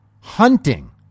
hunting